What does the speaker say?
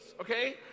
okay